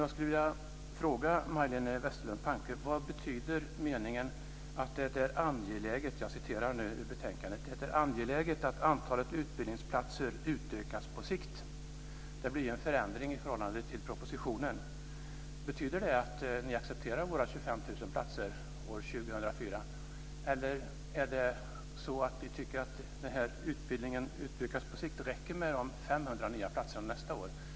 Jag skulle vilja fråga Majléne Westerlund Panke vad det betyder "att det är angeläget att antalet utbildningsplatser utökas på sikt" - jag citerar nu ur betänkandet. Det blev ju en förändring i förhållande till propositionen. Betyder det att ni accepterar våra 25 000 platser år 2004, eller tycker ni när det gäller detta med att "antalet utbildningsplatser utökas på sikt" att det räcker med de 500 nya platserna nästa år?